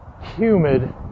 Humid